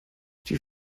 die